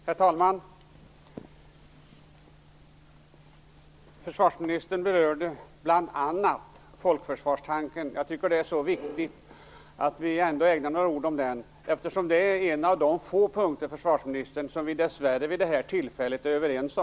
Herr talman! Försvarsministern berörde bl.a. folkförsvarstanken. Jag tycker att det är viktigt att vi ägnar några ord åt den, eftersom det dessvärre är en av de få punkter som vi är överens om vid detta tillfälle.